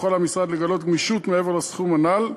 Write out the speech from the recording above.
יוכל המשרד לגלות גמישות מעבר לסכום הנ"ל.